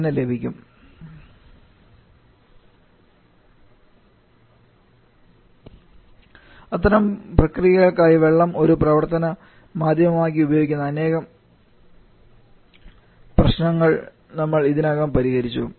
ഇങ്ങനെ ലഭിക്കും അത്തരം പ്രക്രിയകൾക്കായി വെള്ളം ഒരു പ്രവർത്തന മാധ്യമമായി ഉപയോഗിക്കുന്ന അനേകം പ്രശ്നങ്ങൾ ഇതിനകം നമ്മൾ പരിഹരിച്ചു